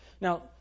Now